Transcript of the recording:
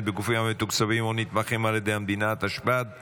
בגופים המתוקצבים או הנתמכים על ידי המדינה) התשפ"ד 2024,